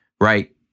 right